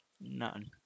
none